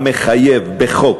המחייב בחוק,